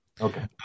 okay